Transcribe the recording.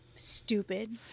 stupid